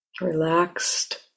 Relaxed